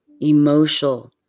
emotional